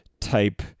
type